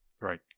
right